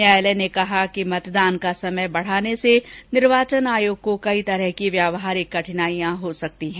न्यायालय ने कहा कि मतदान का समय बढ़ाने से निर्वाचन आयोग को कई तरह की व्यवहारिक कठिनाइयां हो सकती हैं